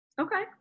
Okay